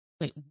Wait